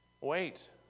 Wait